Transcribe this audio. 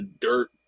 dirt